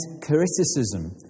criticism